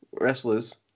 wrestlers